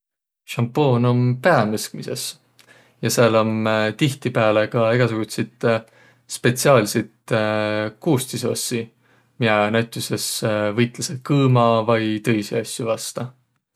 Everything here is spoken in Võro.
Sampuun om pää mõskmisõs. Ja sääl om tihtipääle ka egäsugutsit spetsiaalsit kuustusossi, miä näütüses võitlõsõq kõõma vai tõisi asjo vasta.